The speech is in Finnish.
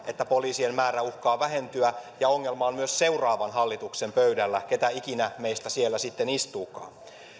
että polii sien määrä uhkaa vähentyä ja ongelma on myös seuraavan hallituksen pöydällä keitä ikinä meistä siellä sitten istuukaan